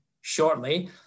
shortly